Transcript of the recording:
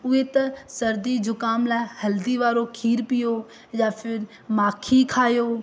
उहे त सर्दी ज़ुकाम लाइ हल्दी वारो खीरु पीयो या फिर माखी खायो